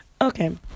Okay